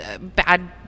bad